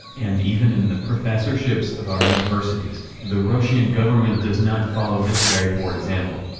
and even in the professorships of our universities. the russian government does not follow this very poor example.